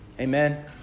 Amen